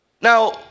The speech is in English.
Now